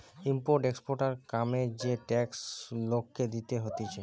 import exporter কামে যে tax লোককে দিতে হতিছে